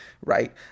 right